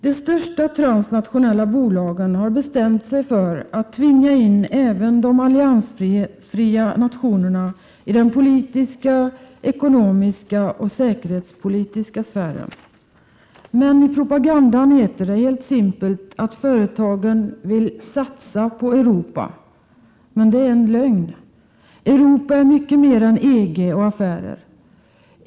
De största transnationella bolagen har bestämt sig för att tvinga in även de alliansfria nationerna i den politiska, ekonomiska och säkerhetspolitiska sfären. Men i propagandan heter det helt simpelt att företagen vill ”satsa på Europa”. Men det är en lögn — Europa är mycket mer än EG och affärer.